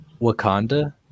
Wakanda